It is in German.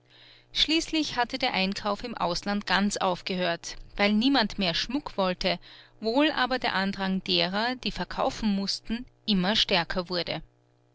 schließlich hatte der einkauf im ausland ganz aufgehört weil niemand mehr schmuck wollte wohl aber der andrang derer die verkaufen mußten immer stärker wurde